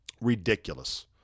ridiculous